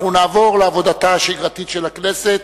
אנחנו נעבור לעבודתה השגרתית של הכנסת.